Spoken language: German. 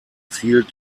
zielt